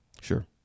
Sure